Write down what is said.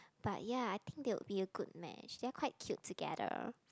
but ya I think they will be a good match they are quite cute together